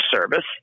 service